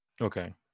Okay